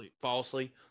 falsely